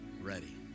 ready